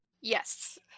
Yes